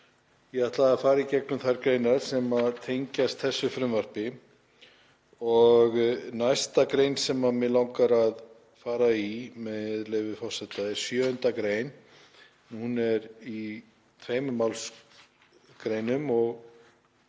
ég ætla að fara í gegnum þær greinar sem tengjast þessu frumvarpi. Næsta grein sem mig langar að fara í, með leyfi forseta, er 7. gr. Hún er í tveimur málsgreinum og